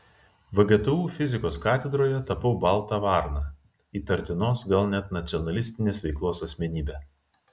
vgtu fizikos katedroje tapau balta varna įtartinos gal net nacionalistinės veiklos asmenybe